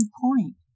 point